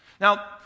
Now